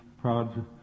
proud